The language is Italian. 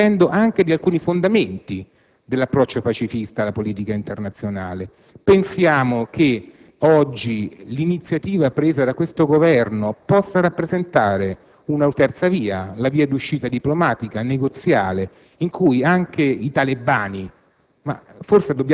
stiamo ridiscutendo anche di alcuni fondamenti dell'approccio pacifista alla politica internazionale. Pensiamo che oggi l'iniziativa assunta dal Governo possa rappresentare una via d'uscita diplomatica e negoziale. Dobbiamo capire,